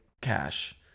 cash